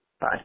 Bye